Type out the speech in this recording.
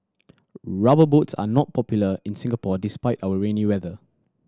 Rubber Boots are not popular in Singapore despite our rainy weather